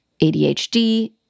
ADHD